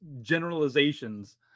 generalizations